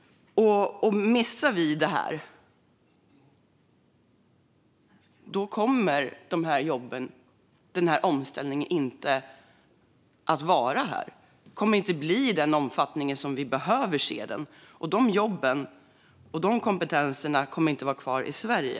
Om vi missar det här kommer jobben inte att finnas här, och omställningen kommer inte att ske i den omfattning som behövs. De här jobben och den här kompetensen kommer inte att vara kvar i Sverige.